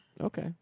Okay